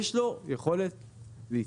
יש לו יכולת להתפתח.